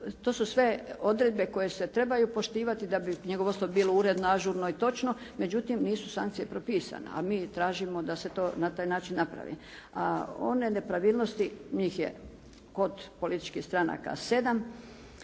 To su sve odredbe koje se trebaju poštivati da bi knjigovodstvo bilo uredno, ažurno i točno, međutim nisu sankcije propisane a mi tražimo da se to na taj način napravi. A one nepravilnosti njih je kod političkih stranaka 7,